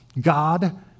God